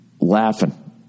laughing